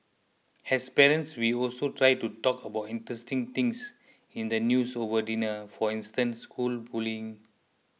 as parents we also try to talk about interesting things in the news over dinner for instance school bullying